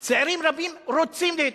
צעירים רבים רוצים להתנדב.